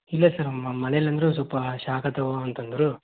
ಇಲ್ಲ ಸರ್ ಮನೇಲಿ ಅಂದರು ಸ್ವಲ್ಪ ಶಾಖ ತಗೋ ಅಂತ ಅಂದ್ರು